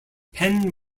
penn